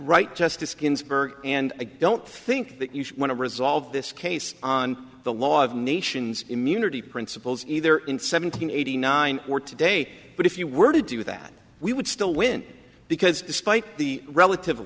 right justice ginsburg and again want think that you want to resolve this case on the law of nations immunity principles either in seventeen eighty nine or today say but if you were to do that we would still win because despite the relative